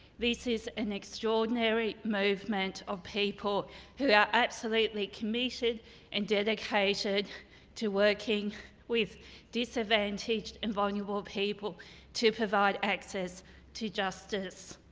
this is an extraordinary movement of people who are absolutely committed and dedicated to working with disadvantaged and vulnerable people to provide access to justice.